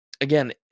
Again